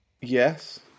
Yes